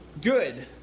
good